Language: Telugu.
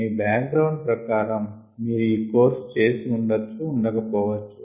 మీ బ్యాక్ గ్రౌండ్ ప్రకారం మీరు ఈ కోర్స్ చేసి ఉండచ్చు ఉండక పోవచ్చు